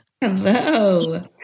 hello